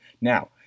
Now